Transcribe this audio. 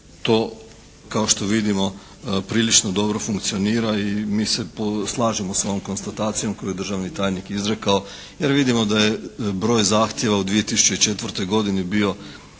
to kao što vidimo prilično dobro funkcionira i mi se slažemo sa ovom konstatacijom koju je državni tajnik izrekao jer vidimo da je broj zahtjeva u 2004. godini bio